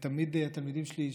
תמיד התלמידים שלי,